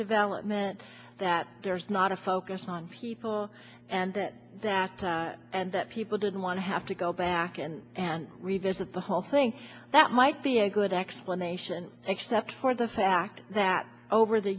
development that there's not a focus on people and that and that people didn't want to have to go back in and revisit the whole thing that might be a good explanation except for the fact that over the